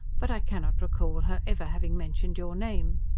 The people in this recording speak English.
but i cannot recall her ever having mentioned your name.